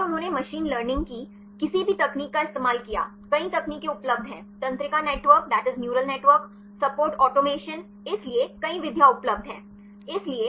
और उन्होंने machine learning की किसी भी तकनीक का इस्तेमाल किया कई तकनीकें उपलब्ध हैं तंत्रिका नेटवर्क सपोर्ट ऑटोमेशन इसलिए कई विधियाँ उपलब्ध हैं